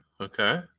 Okay